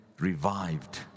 revived